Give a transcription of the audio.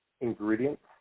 ingredients